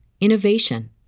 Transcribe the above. innovation